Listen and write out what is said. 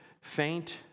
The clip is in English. faint